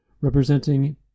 representing